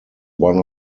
one